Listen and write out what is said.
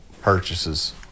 purchases